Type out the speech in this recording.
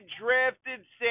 drafted